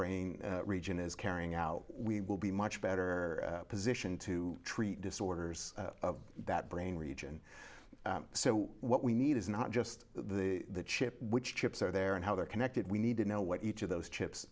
brain region is carrying out we will be much better position to treat disorders of that brain region so what we need is not just the chip which chips are there and how they're connected we need to know what each of those chips